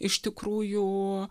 iš tikrųjų